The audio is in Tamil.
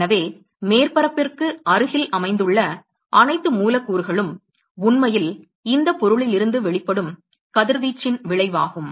எனவே மேற்பரப்பிற்கு அருகில் அமைந்துள்ள அனைத்து மூலக்கூறுகளும் உண்மையில் இந்த பொருளிலிருந்து வெளிப்படும் கதிர்வீச்சின் விளைவாகும்